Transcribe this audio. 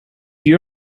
you